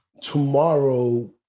tomorrow